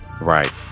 Right